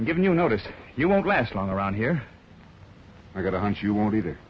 i'm giving you notice you won't last long around here i've got a hunch you won't either